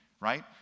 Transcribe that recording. right